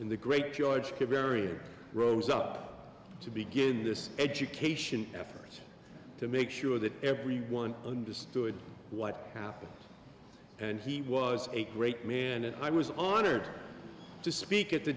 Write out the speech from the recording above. and the great george kerry rose up to begin this education effort to make sure that everyone understood what happened and he was a great man and i was honored to speak at the